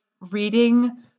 reading